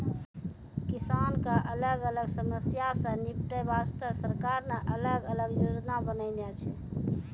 किसान के अलग अलग समस्या सॅ निपटै वास्तॅ सरकार न अलग अलग योजना बनैनॅ छै